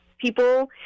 people